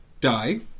die